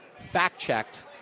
fact-checked